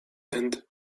and